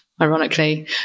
ironically